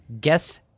Guess